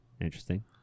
Interesting